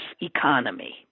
economy